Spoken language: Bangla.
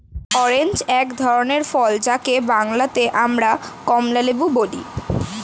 অরেঞ্জ এক ধরনের ফল যাকে বাংলাতে আমরা কমলালেবু বলি